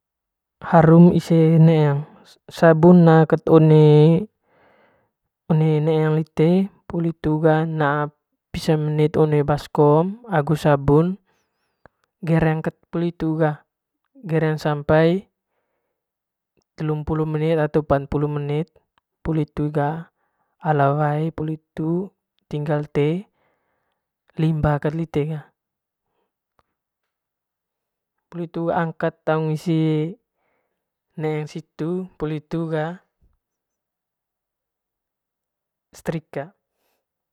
Harum ise sabun na ket one dite poli hitu ga naa kat pisa menit one baskom agu sabun gereng ket poli hitu ga gereng sampai teelu mpulu menit atau pat mpulu menit puli hitu ga ala wae puli hitu tingal te limba ket lite ga puli hitu angkat taung kat lite situ puli hitu strika.